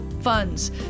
funds